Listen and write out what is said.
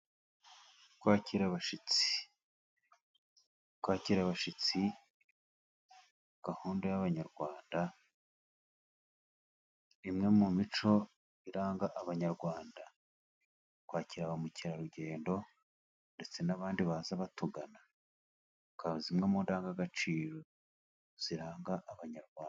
Kwakira abashyitsi, kwakira abashyitsi gahunda y'Abanyarwanda imwe mu mico iranga Abanyarwanda, kwakira ba mukerarugendo ndetse n'abandi baza batugana, zikaba zimwe mu ndangagaciro ziranga Abanyarwanda.